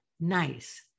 nice